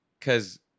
cause